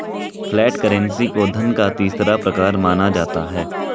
flat currency को धन का तीसरा प्रकार माना जाता है